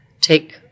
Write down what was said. take